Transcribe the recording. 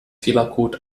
fehlercode